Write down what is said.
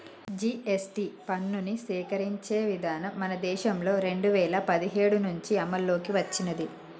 GST పన్నుని సేకరించే విధానం మన దేశంలో రెండు వేల పదిహేడు నుంచి అమల్లోకి వచ్చినాది